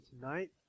tonight